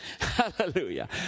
Hallelujah